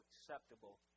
acceptable